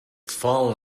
fall